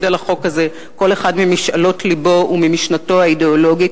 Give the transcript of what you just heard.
על החוק הזה כל אחד ממשאלות לבו וממשנתו האידיאולוגית